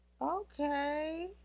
Okay